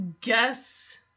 guess